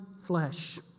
flesh